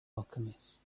alchemist